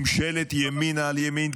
ממשלת ימין על ימין,